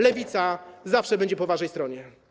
Lewica zawsze będzie po waszej stronie.